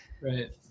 Right